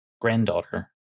granddaughter